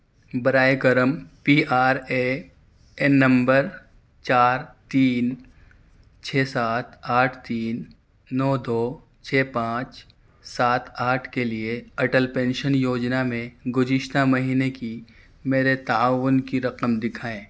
براہ کرم P R A N نمبر چار تین چھ سات آٹھ تین نو دو چھ پانچ سات آٹھ کے لیے اٹل پینشن یوجنا میں گزشتہ مہینے کی میرے تعاون کی رقم دکھائیں